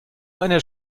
einer